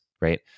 right